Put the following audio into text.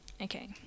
Okay